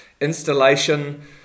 installation